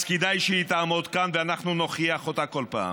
אז כדאי שהיא תעמוד כאן ואנחנו נוכיח אותה כל פעם,